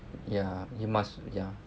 ya you must ya